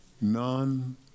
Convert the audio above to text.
None